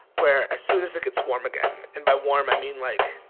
where, as soon as it gets warm again and by warm, i mean, like,